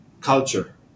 culture